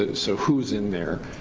ah so who's in there,